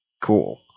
Cool